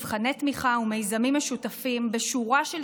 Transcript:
מבחני תמיכה ומיזמים משותפים בשורה של